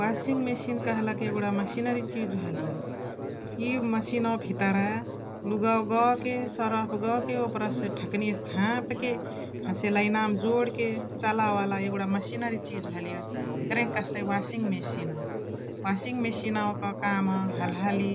Washing machine कहलके यगुणा मसिनारी चिजु हलिय । इ मसिनवा भितरा लुगवा गह्के सरफ गह्के ओपरासे ढकनियासे झाप्के हसे लाईनावा मा जोड्के चलावे वाला यगुणा मसिनारी चिजु हलिय एकरही के कह्सइ वासिङ मसिन । वासिङ मसिनवा क काम हल्हाली